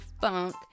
funk